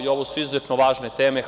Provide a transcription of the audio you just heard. Ovo su izuzetno važne teme.